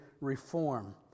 reform